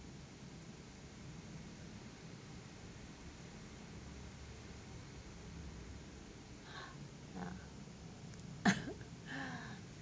uh